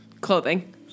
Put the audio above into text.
clothing